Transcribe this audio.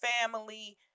family